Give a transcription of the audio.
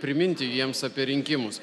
priminti jiems apie rinkimus